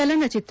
ಚಲನಚಿತ್ರ